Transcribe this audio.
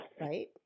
Right